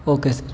okay sir